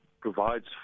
provides